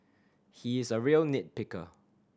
he is a real nit picker